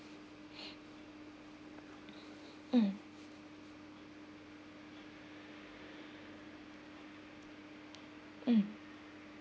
mm mm